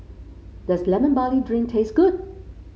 does Lemon Barley Drink taste good